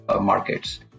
markets